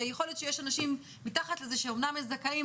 ויכול להיות שיש אנשים מתחת לזה שאמנם הם זכאים,